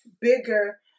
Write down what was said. bigger